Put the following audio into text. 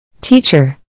Teacher